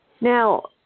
Now